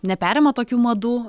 neperima tokių madų